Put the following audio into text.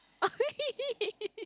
!ee!